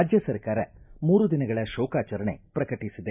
ರಾಜ್ಯ ಸರ್ಕಾರ ಮೂರು ದಿನಗಳ ಶೋಕಾಚರಣೆ ಪ್ರಕಟಿಸಿದೆ